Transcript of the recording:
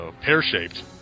pear-shaped